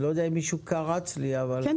אני לא יודע אם מישהו קרץ לי, אבל.